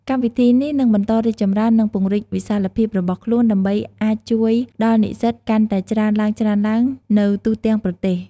កម្មវិធីនេះនឹងបន្តរីកចម្រើន និងពង្រីកវិសាលភាពរបស់ខ្លួន ដើម្បីអាចជួយដល់និស្សិតកាន់តែច្រើនឡើងៗនៅទូទាំងប្រទេស។